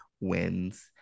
wins